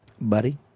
Buddy